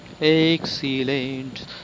excellent